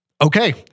okay